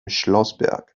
schlossberg